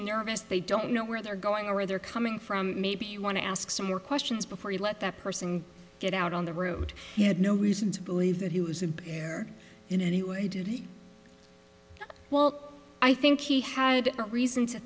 nervous they don't know where they're going or where they're coming from maybe you want to ask some more questions before you let that person get out on the route he had no reason to believe that he was impaired in any way well i think he had a reason to